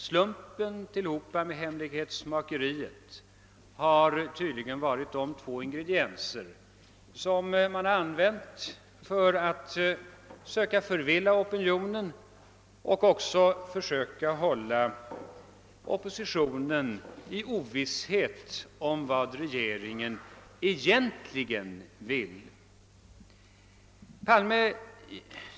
Slumpen och hemlighetsmakeriet har tydligen varit de två ingredienser som man använt för att söka förvilla opinionen och för att försöka hålla oppositionen i ovisshet om vad regeringen egentligen vill.